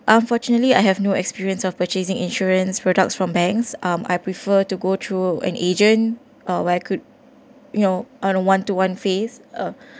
unfortunately I have no experience of purchasing insurance products from banks um I prefer to go through an agent uh where I could you know on a one to one phase ah